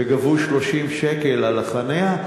וגבו 30 שקל על החניה,